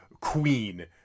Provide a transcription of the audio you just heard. queen